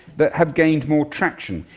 that have gained more traction,